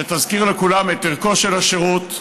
שתזכיר לכולם את ערכו של השירות.